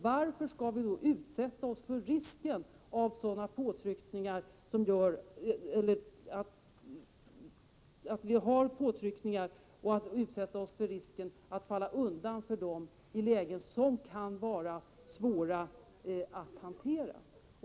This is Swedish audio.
Varför skall vi då utsätta oss för risken att falla undan för eventuella påtryckningar i lägen som kan vara svåra att hantera?